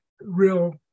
real